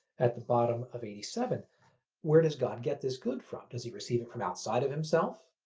at the bottom of eighty seven where does god get this good from? does he receive it from outside of himself?